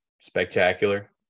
spectacular